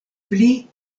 pli